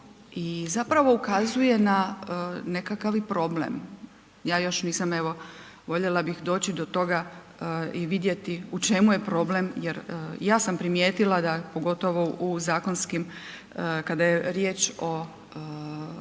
i zapravo ukazuje na nekakav i problem, ja još nisam evo voljela bih doći do toga i vidjeti u čemu je problem, jer i ja sam primijetila da pogotovo u zakonskim, kada je riječ o